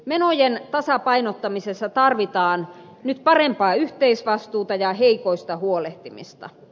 menojen tasapainottamisessa tarvitaan nyt parempaa yhteisvastuuta ja heikoista huolehtimista